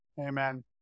Amen